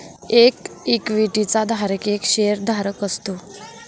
एक इक्विटी चा धारक एक शेअर धारक असतो